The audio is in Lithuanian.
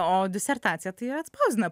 o disertacija tai atspausdina